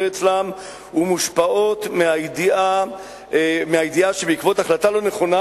אצלן ומושפעות מהידיעה שבעקבות החלטה לא נכונה